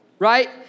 Right